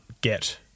get